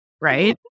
right